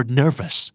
nervous